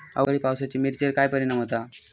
अवकाळी पावसाचे मिरचेर काय परिणाम होता?